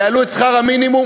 ויעלו את שכר המינימום,